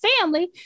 family